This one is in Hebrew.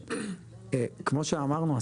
כמו שאמרנו,